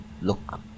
look